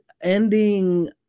ending